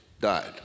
died